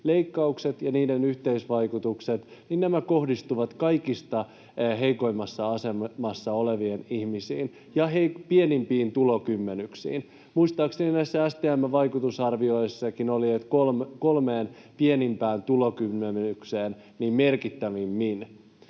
leikkaukset ja niiden yhteisvaikutukset kohdistuvat kaikista heikoimmassa asemassa oleviin ihmisiin ja pienimpiin tulokymmenyksiin. Muistaakseni näissä STM:n vaikutusarvioissakin oli, että kolmeen pienimpään tulokymmenykseen merkittävimmin.